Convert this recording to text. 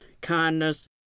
kindness